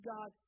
God